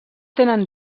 tenen